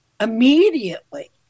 immediately